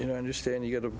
you know understand you go to